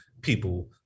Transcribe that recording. people